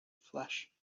flesh